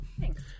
Thanks